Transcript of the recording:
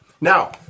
Now